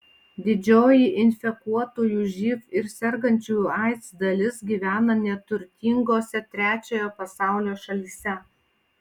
didžioji infekuotųjų živ ir sergančiųjų aids dalis gyvena neturtingose trečiojo pasaulio šalyse